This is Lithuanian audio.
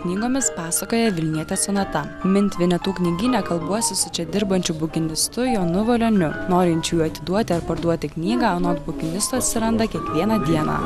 knygomis pasakoja vilnietė sonata mint vinetu knygyne kalbuosi su čia dirbančiu bukinistu jonu valioniu norinčiųjų atiduoti ar parduoti knygą anot bukinisto atsiranda kiekvieną dieną